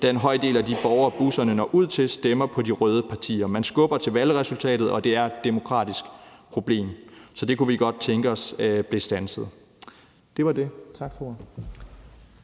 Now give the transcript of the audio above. da en høj del af de borgere, busserne når ud til, stemmer på de røde partier. Man skubber til valgresultatet, og det er et demokratisk problem. Så det kunne vi godt tænke os blev standset. Det var det – tak for ordet.